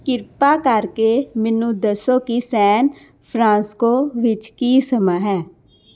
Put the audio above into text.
ਕਿਰਪਾ ਕਰਕੇ ਮੈਨੂੰ ਦੱਸੋ ਕੀ ਸੈਨਫ਼ਰਾਂਸਕੋ ਵਿੱਚ ਕੀ ਸਮਾਂ ਹੈ